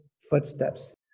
footsteps